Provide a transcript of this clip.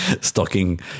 stocking